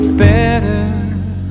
better